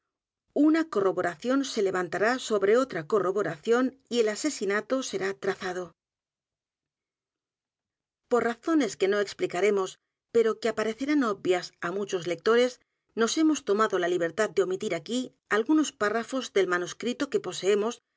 una corroboración se levantará sobre otra corroboración y el asesinato será trazado p o r razones que no explicaremos pero que aparecer á n obvias á muchos lectores nos hemos tomado la libertad de omitir aquí algunos párrafos del m a n u s crito que poseemos